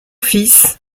fils